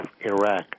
Iraq